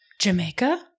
Jamaica